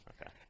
okay